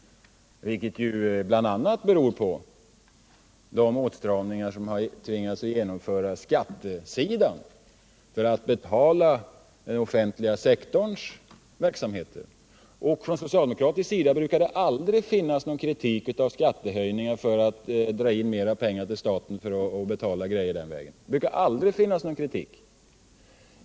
Detta beror bl.a. på de 16 mars 1978 åtstramningar som man tvingats genomföra på skattesidan för att betala den offentliga sektorns verksamhet. Från socialdemokratisk sida brukar det aldrig finnas någon kritik av skattehöjningar för att dra in mera pengar till staten av den anledningen.